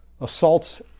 assaults